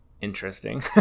Interesting